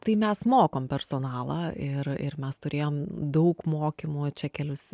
tai mes mokom personalą ir ir mes turėjom daug mokymų čia kelis